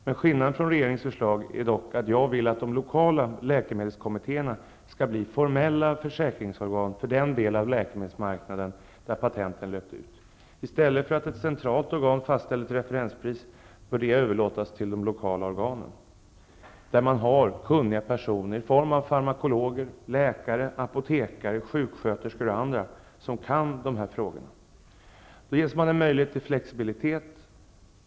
Men skillnaden från regeringens förslag är dock, att jag vill att de lokala läkemedelskommittéerna skall bli formella försäkringsorgan för den del av läkemedelsmarknaden där patenten har löpt ut. I stället för att ett centralt organ fastställer ett referenspris, bör det arbetet överlåtas till de lokala organen. Där finns kunniga personer i form av farmakologer, läkare, apotekare, sjuksköterskor osv. som kan dessa frågor. Då ges också en möjlighet till flexibilitet.